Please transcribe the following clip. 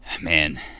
man –